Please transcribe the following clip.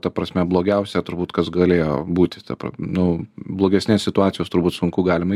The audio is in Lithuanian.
ta prasme blogiausia turbūt kas galėjo būti ta nu blogesnės situacijos turbūt sunku galima